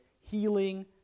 healing